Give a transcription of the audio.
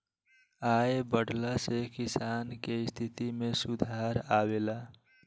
आय बढ़ला से किसान के स्थिति में सुधार आवेला